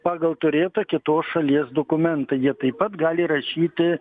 pagal turėtą kitos šalies dokumentą jie taip pat gali rašyti